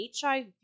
HIV